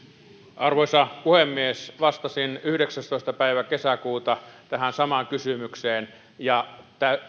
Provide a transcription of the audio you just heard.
arvoisa puhemies vastasin yhdeksästoista päivä kesäkuuta tähän samaan kysymykseen ja